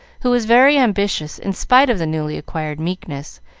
who was very ambitious in spite of the newly acquired meekness,